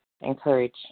encourage